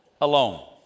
alone